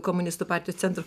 komunistų partijos centro